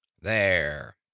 There